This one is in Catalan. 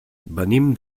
venim